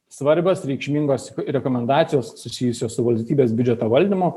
svarbios reikšmingos rekomendacijos susijusios su valstybės biudžeto valdymu